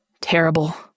terrible